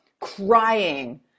crying